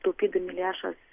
taupydami lėšas